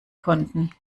konnten